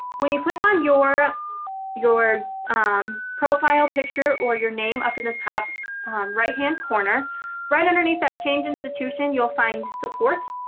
when you click on your your um profile picture or your name up in the top right hand corner right underneath the change institution you'll find support.